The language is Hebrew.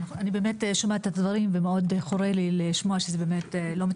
אני באמת שומעת את הדברים ומאוד חורה לי לשמוע שזה מתקדם,